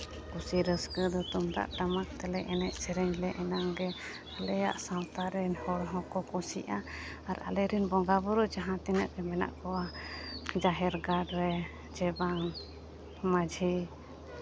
ᱠᱩᱥᱤ ᱨᱟᱹᱥᱠᱟᱹ ᱫᱚ ᱛᱩᱢᱫᱟᱜ ᱴᱟᱢᱟᱠ ᱛᱮᱞᱮ ᱮᱱᱮᱡ ᱥᱮᱨᱮᱧ ᱞᱮ ᱮᱱᱟᱝ ᱜᱮ ᱟᱞᱮᱭᱟᱜ ᱥᱟᱶᱛᱟ ᱨᱮᱱ ᱦᱚᱲ ᱦᱚᱸᱠᱚ ᱠᱩᱥᱤᱜᱼᱟ ᱟᱨ ᱟᱞᱮ ᱨᱮᱱ ᱵᱚᱸᱜᱟᱼᱵᱩᱨᱩ ᱡᱟᱦᱟᱸ ᱛᱤᱱᱟᱹᱜ ᱜᱮ ᱢᱮᱱᱟᱜ ᱠᱚᱣᱟ ᱡᱟᱦᱮᱨ ᱜᱟᱲ ᱨᱮ ᱪᱮ ᱵᱟᱝ ᱢᱟᱹᱡᱷᱤ